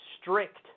strict